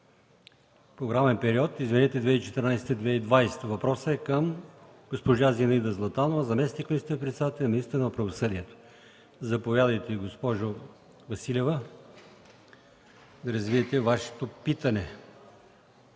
програмен период 2014-2020 г. Въпросът е към госпожа Зинаида Златанова – заместник министър-председател и министър на правосъдието. Заповядайте, госпожо Василева, да развиете Вашето питане.